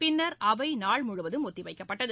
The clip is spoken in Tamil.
பின்னர் அவை நாள் முழுவதும் ஒத்திவைக்கப்பட்டது